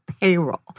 payroll